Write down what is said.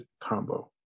combo